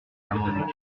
l’amendement